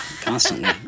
Constantly